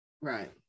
right